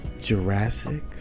jurassic